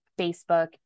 Facebook